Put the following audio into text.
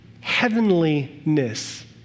heavenliness